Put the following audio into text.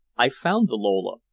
i found the lola,